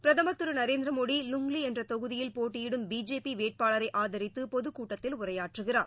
பிரதமர் திருநரேந்திரமோடி லுங்லிஎன்றதொகுதியில் போட்டியிடும் பிஜேபிவேட்பாளரைஆதித்துபொதுக்கூட்டத்தில் உரையாற்றுகிறார்